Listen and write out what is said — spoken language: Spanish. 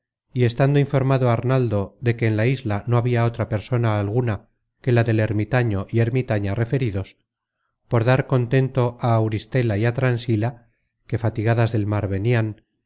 y estando informado arnaldo de que en la isla no habia otra persona alguna que la del ermitaño y ermitaña referidos por dar contento á auristela y á transila que fatigadas del mar venian